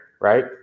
right